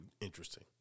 interesting